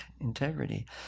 integrity